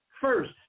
first